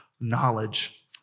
knowledge